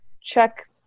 check